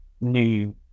new